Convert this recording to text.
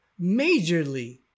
majorly